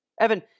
Evan